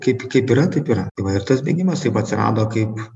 kaip kaip yra taip yra tai va ir tas bėgimas taip atsirado kaip